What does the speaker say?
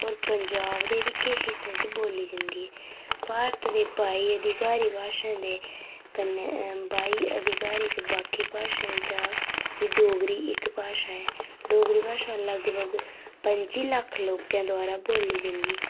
होर पंजाब दे बी किश हिस्सें च बोल्ली जंदी भारत दे बाई अधिकारक भाशें दे कन्नै बाई आधिकारिक बाकी भाशाएं चा डोगरी इक भाशा ऐ डोगरी भाशा लगभग पंजी लक्ख लोकें द्वारा बोल्ली जंदी